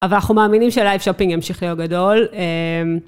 אבל אנחנו מאמינים שלייב שופינג ימשיך להיות גדול.